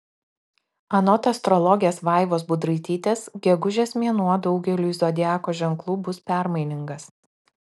anot astrologės vaivos budraitytės gegužės mėnuo daugeliui zodiako ženklų bus permainingas